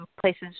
places